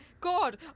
god